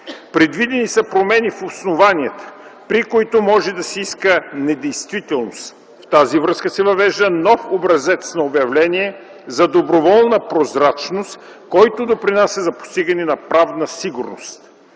Предвидени са промени в основанията, при които може да се иска недействителност. В тази връзка се въвежда нов образец на обявление за доброволна прозрачност, който допринася за постигане на правна сигурност.